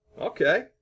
Okay